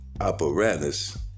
apparatus